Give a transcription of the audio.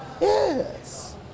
Yes